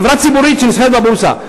חברה ציבורית שנסחרת בבורסה,